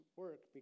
work